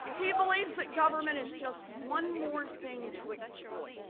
he believes that government is just one more thing to exploit,